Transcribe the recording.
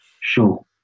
Sure